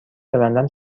ببندم